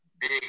big